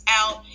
out